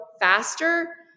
faster